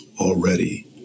already